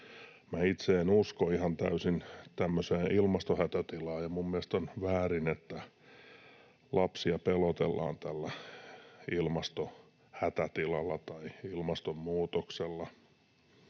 ihan täysin tämmöiseen ilmastohätätilaan, ja mielestäni on väärin, että lapsia pelotellaan tällä ilmastohätätilalla tai ilmastonmuutoksella.